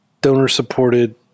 donor-supported